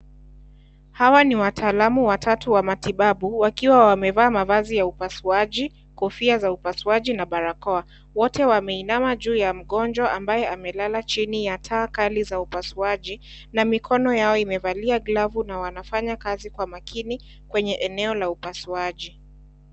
Hawa ni wataalamu watatu wa matibabu, wakiwa wamevaa mavazi ya upasuaji, kofia za upasuaji na barakoa. Wote wameinama juu ya mgonjwa ambaye amelala chini ya taa kali za upasuaji na mikono yao imevalia glavu na klazi kwa makini kwenye eneo la upasuaji.